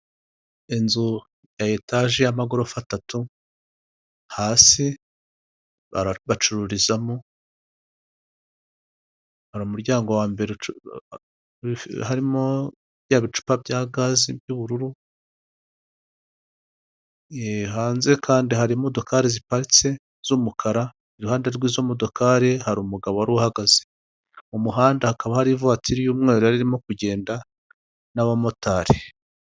Inzu ya etaje y'amagorofa atatu hasi bacururizamo, hari umuryango wa mbere harimo bya bicupa bya gaze by'ubururu, hanze kandi hari imodokari ziparitse z'umukara iruhande rw'izo modokari hari umugabo wari uhagaze, mu muhanda hakaba hari ivatiri y'umweru yarimo kugenda n'abamotari.